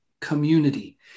community